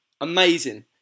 Amazing